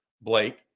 Blake